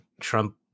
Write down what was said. Trump